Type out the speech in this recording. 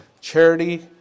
Charity